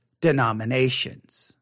denominations